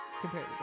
compared